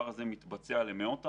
זה מתבצע למאות אנשים.